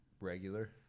Regular